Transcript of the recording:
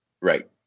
Right